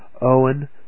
Owen